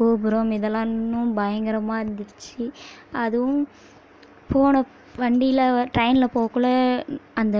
கோபுரம் இதல்லாம் இன்னும் பயங்கரமாக இருந்துச்சு அதுவும் போன வண்டியில் ட்ரெய்னில் போகக்குள்ள அந்த